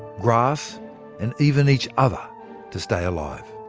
grass and even each other to stay alive.